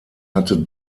hatte